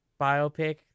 Biopic